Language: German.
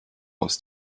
aus